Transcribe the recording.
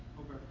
Okay